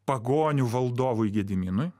pagonių valdovui gediminui